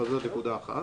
וזו נקודה אחת.